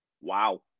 wow